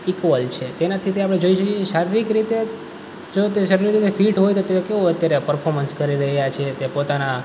equal છે તેનાંથી તે આપણે જોઈ શકીએ છીએ શારીરિક રીતે જો તે રીતે ફિટ હોય તો તે કેવું અત્યારે પરફોર્મન્સ કરી રહ્યાં છે તે પોતાનાં